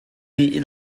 nih